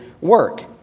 work